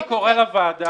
אני קורא לוועדה,